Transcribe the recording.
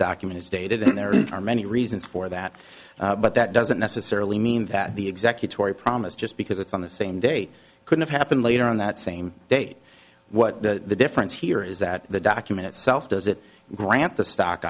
document is dated and their entire many reasons for that but that doesn't necessarily mean that the executor promise just because it's on the same day couldn't happen later on that same date what the difference here is that the document itself does it grant the stock